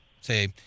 say